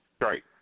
Right